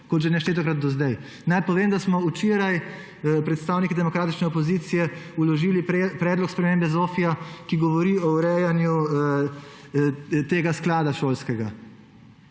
kot že neštetokrat do zdaj. Naj povem, da smo včeraj predstavniki demokratične opozicije vložili predlog spremembe ZOFVI, ki govori o urejanju tega sklada šolskega,